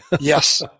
Yes